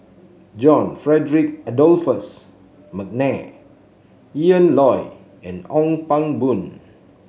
John Frederick Adolphus McNair Ian Loy and Ong Pang Boon